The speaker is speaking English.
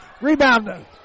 Rebound